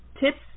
tips